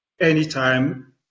anytime